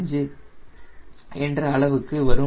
4 என்ற அளவுக்கு வரும்